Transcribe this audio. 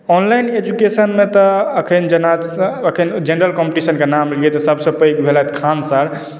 online एजुकेशनमे तऽ एखन जेना एखन जनरल कम्पिटिशनके नाम लैए तऽ सभसँ पैघ भेलथि खान सर